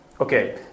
Okay